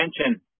attention